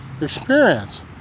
experience